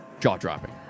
jaw-dropping